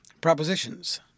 Propositions